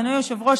אדוני היושב-ראש,